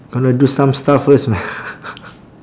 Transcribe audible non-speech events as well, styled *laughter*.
gonna do some stuff first m~ *laughs*